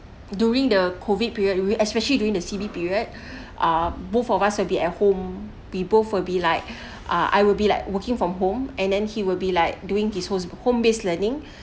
during the COVID period we especially during the C_B period ah both of us will be at home people will be like ah I will be like working from home and then he will be like doing his possible home based learning